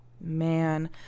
man